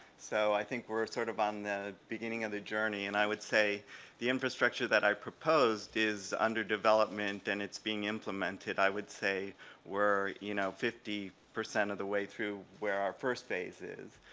so i think we're sort of on the beginning of the journey and i would say the infrastructure that i proposed is under development and it's being implemented i would say we're you know fifty percent of the way through where our first phase is.